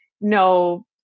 no